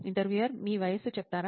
interviewer మీ వయస్సు చెప్తారా